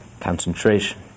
concentration